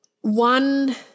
one